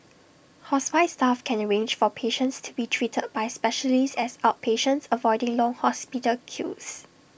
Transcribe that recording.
hospice staff can arrange for patients to be treated by specialists as outpatients avoiding long hospital queues